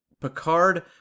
Picard